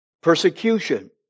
persecution